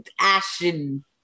Ashen